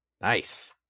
Nice